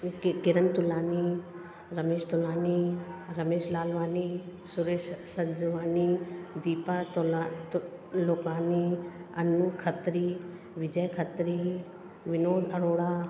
क किरन तुलानी रमेश तुलानी रमेश लालवानी सुरेश स संजवानी दीपा तोला तो लोकानी अन्नू खत्री विजय खत्री विनोद अरोड़ा